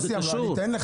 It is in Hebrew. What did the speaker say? זה קשור.